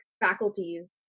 faculties